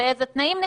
ובאיזה תנאים,